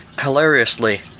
hilariously